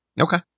okay